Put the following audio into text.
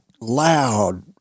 loud